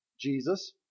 Jesus